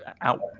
out